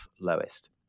lowest